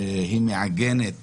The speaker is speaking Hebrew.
הצעה שמעגנת